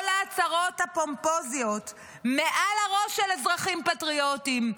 כל ההצהרות הפומפוזיות מעל הראש של אזרחים פטריוטים,